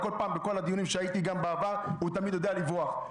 כל פעם בכל הדיונים שהייתי גם בעבר הוא תמיד יודע לברוח.